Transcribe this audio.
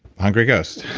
hungry ghost.